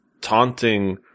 taunting